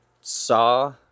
saw